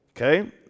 Okay